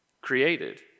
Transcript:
created